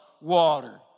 water